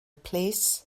plîs